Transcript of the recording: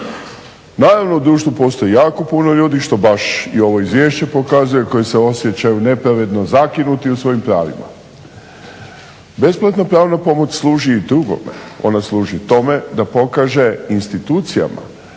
Naravno u društvu postoji jako puno ljudi što baš i ovo izvješće pokazuje koji se osjećaju nepravedno zakinuti u svojim pravima. Besplatna pravna pomoć služi i drugome. Ona služi i tome da pokaže institucijama